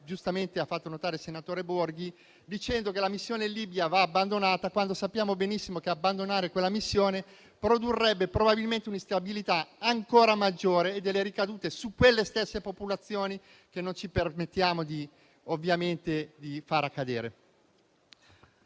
giustamente ha fatto notare il senatore Enrico Borghi, dicendo che la missione in Libia va abbandonata, quando sappiamo benissimo che abbandonare quella missione produrrebbe probabilmente un'instabilità ancora maggiore e delle ricadute su quelle stesse popolazioni che non ci permetteremo, ovviamente, di far accadere.